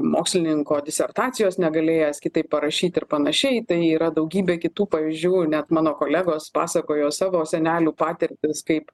mokslininko disertacijos negalėjęs kitaip parašyti ir panašiai tai yra daugybė kitų pavyzdžių net mano kolegos pasakojo savo senelių patirtis kaip